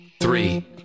three